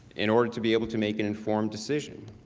in order to be able to make an informed decision.